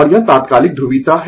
और यह तात्कालिक ध्रुवीयता है